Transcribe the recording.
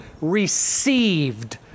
received